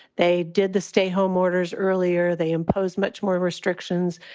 they did the stay home orders earlier. they imposed much more restrictions.